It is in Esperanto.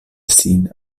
sin